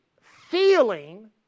feeling